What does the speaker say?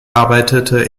arbeitete